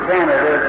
Canada